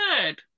Good